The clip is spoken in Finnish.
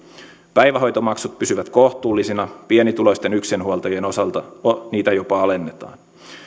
päivähoitomaksut pysyvät kohtuullisina pienituloisten yksinhuoltajien osalta niitä jopa alennetaan